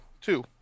two